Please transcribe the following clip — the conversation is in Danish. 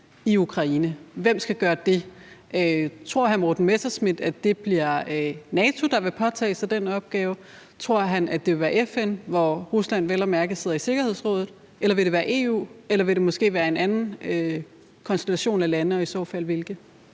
han sig skal gøre det? Tror hr. Morten Messerschmidt, at det bliver NATO, der vil påtage sig den opgave? Tror han, at det vil være FN, hvor Rusland vel at mærke sidder i Sikkerhedsrådet? Vil det være EU? Eller vil det måske være en anden konstellation af lande og i så fald hvilke?